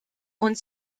und